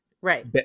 Right